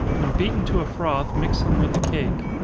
when beaten to a froth, mix them with the cake.